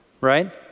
right